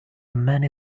many